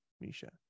misha